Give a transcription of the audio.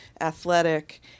athletic